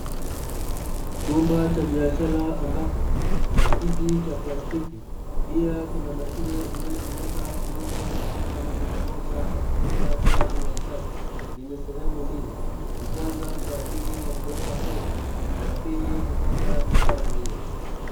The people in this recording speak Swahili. Chumba cha biashara ambapo kuna kiti cha plastiki, pia kuna mashine inayotumika kuuza maziwa moja kwa moja kwa mteja bila muuzaji; yenye sehemu mbili, ya kwanza kwa ajili ya kuweka fedha na ya pili kupata bidhaa hiyo.